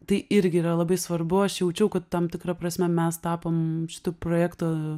tai irgi yra labai svarbu aš jaučiau kad tam tikra prasme mes tapom šito projekto